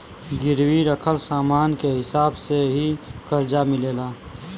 गिरवी रखल समान के हिसाब से ही करजा मिलेला